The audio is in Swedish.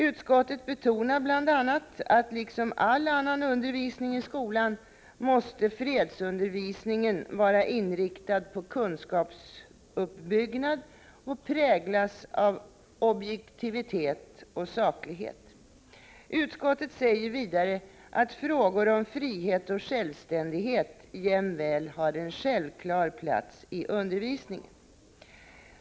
Utskottet betonar bl.a. att liksom all annan undervisning i skolan måste fredsundervisningen vara inriktad på kunskapsuppbyggnad och präglas av objektivitet och saklighet. Utskottet säger vidare, att frågor om frihet och självständighet jämväl har en självklar plats i undervisningen.